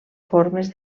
formes